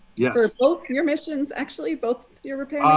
yes. for ah both and your missions actually, both your repair